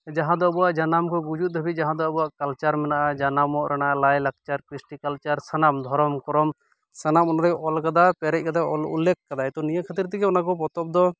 ᱡᱟᱦᱟᱸ ᱫᱚ ᱟᱵᱚᱣᱟᱜ ᱡᱟᱱᱟᱢ ᱠᱷᱚᱱ ᱜᱩᱡᱩᱜ ᱫᱷᱟᱹᱵᱤᱡ ᱡᱟᱦᱟᱸ ᱫᱚ ᱟᱵᱩᱣᱟᱜ ᱠᱟᱞᱪᱟᱨ ᱢᱤᱱᱟᱼᱟ ᱡᱟᱦᱟᱸ ᱫᱚ ᱡᱟᱱᱟᱢ ᱚᱜ ᱨᱮᱱᱟ ᱞᱟᱭᱞᱟᱠᱪᱟᱨ ᱠᱨᱤᱥᱴᱤ ᱠᱟᱞᱪᱟᱨ ᱥᱟᱱᱟᱢ ᱫᱷᱚᱨᱚᱢ ᱠᱚᱨᱚᱢ ᱥᱟᱱᱟᱢ ᱩᱱᱟᱨᱮᱭ ᱚᱞ ᱠᱟᱫᱟ ᱯᱮᱨᱮᱡ ᱠᱟᱫᱟ ᱩᱞᱞᱮᱠᱷ ᱠᱟᱫᱟᱭ ᱩᱱᱟ ᱠᱷᱟᱹᱛᱤᱨ ᱛᱮᱜᱤ ᱚᱱᱟ ᱠᱚ ᱯᱚᱛᱚᱵ ᱫᱚ